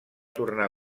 tornar